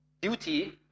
duty